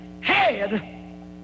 head